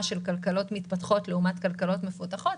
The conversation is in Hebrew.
של כלכלות מתפתחות לעומת כלכלות מפותחות,